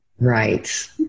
Right